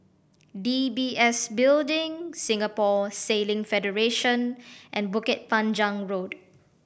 D B S Building Singapore Sailing Federation and Bukit Panjang Road